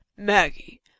Maggie